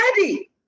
ready